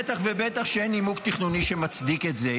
בטח ובטח כשאין נימוק תכנוני שמצדיק את זה.